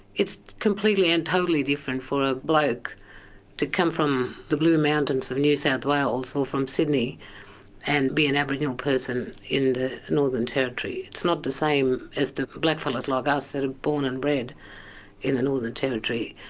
it's completely and totally different for a bloke to come from the blue mountains of new south wales or from sydney and be an aboriginal person in the northern territory. it's not the same as the blackfellas like us that are ah born and bred in the northern territory,